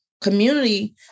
community